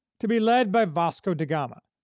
to be led by vasco da gama,